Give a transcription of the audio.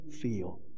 feel